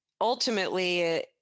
ultimately